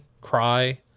cry